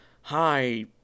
hi